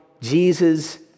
Jesus